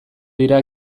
dira